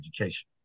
Education